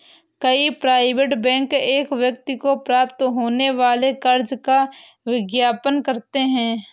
कई private bank एक व्यक्ति को प्राप्त होने वाले कर्ज का विज्ञापन करते हैं